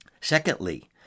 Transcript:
Secondly